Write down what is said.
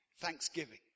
Thanksgiving